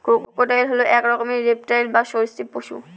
crocodile হল এক রকমের রেপ্টাইল বা সরীসৃপ পশু